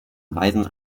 weisen